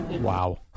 Wow